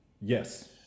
yes